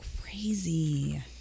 Crazy